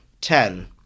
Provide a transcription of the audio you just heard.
ten